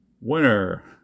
Winner